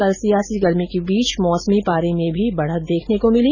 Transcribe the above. कल सियासी गर्मी के बीच मौसमी पारे में भी बढत देखने को मिली